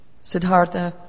Siddhartha